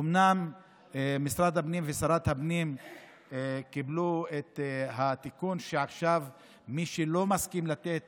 אומנם משרד הפנים ושרת הפנים קיבלו את התיקון שעכשיו מי שלא מסכים לתת